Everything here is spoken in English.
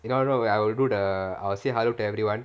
you know you know where I will do the I will say hello to everyone